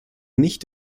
nicht